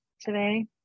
today